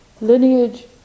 lineage